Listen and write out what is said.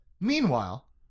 Meanwhile